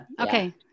Okay